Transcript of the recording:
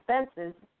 expenses